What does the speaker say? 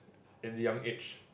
at a young age